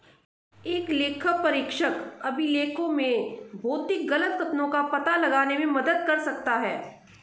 एक लेखापरीक्षक अभिलेखों में भौतिक गलत कथनों का पता लगाने में मदद कर सकता है